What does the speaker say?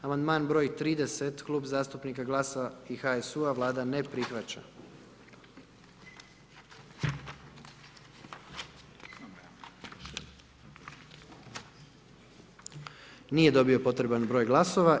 Amandman broj 30., Klub zastupnika GLS-a i HSU-a, Vlada ne prihvaća, nije dobio potreban broj glasova.